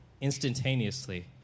instantaneously